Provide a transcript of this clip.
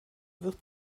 wird